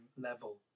level